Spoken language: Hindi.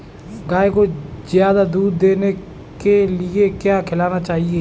गाय को ज्यादा दूध देने के लिए क्या खिलाना चाहिए?